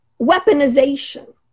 weaponization